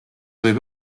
võib